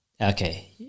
okay